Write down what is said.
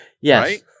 Yes